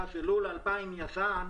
היה שלול 2000 ישן,